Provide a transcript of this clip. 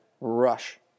rush